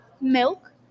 milk